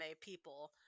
people